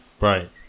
Right